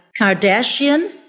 Kardashian